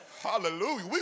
Hallelujah